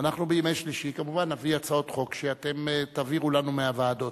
אנחנו בימי שלישי כמובן נביא הצעות חוק שאתם תעבירו לנו מהוועדות.